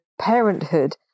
parenthood